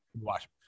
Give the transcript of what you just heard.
watch